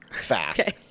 fast